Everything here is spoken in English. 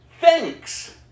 thanks